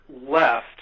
left